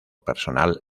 personal